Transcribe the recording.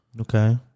Okay